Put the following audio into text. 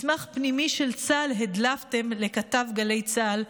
הדלפתם מסמך פנימי של צה"ל לכתב גלי צה"ל,